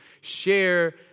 share